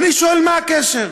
ואני שואל: מה הקשר?